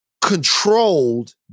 controlled